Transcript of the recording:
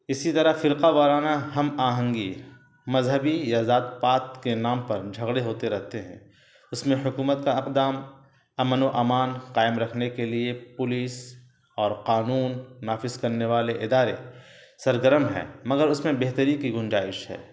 اسی طرح فرقہ وارانہ ہم آہنگی مذہبی یا ذات پات کے نام پر جھگڑے ہوتے رہتے ہیں اس میں حکومت کا اقدام امن و امان قائم رکھنے کے لیے پولیس اور قانون نافذ کرنے والے ادارے سرگرم ہیں مگر اس میں بہتری کی گنجائش ہے